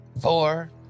four